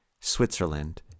Switzerland